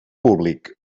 públic